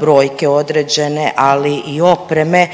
brojke određene, ali i opreme